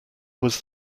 was